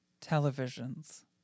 television's